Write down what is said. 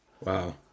Wow